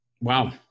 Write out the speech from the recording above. wow